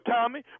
Tommy